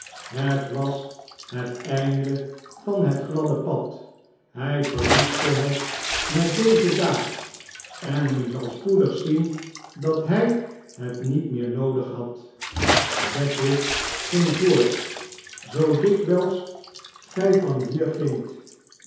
het was het einde van het gladde pad hy verwoestte het met deze daad en men zal spoedig zien dat hy het niet meer noodig had beckwith ging voort zoo dikwyls gij van hier gingt